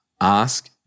ask